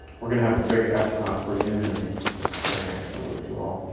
we're gonna have a big astronaut reunion this spring, actually, which you'll all